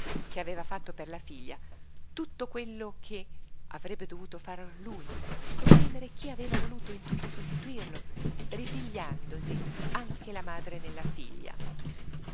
chi aveva fatto per la figlia tutto quello che avrebbe dovuto far lui sopprimere chi aveva voluto in tutto sostituirlo ripigliandosi anche la madre nella figlia